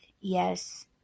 Yes